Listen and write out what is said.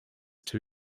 too